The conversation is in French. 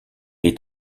est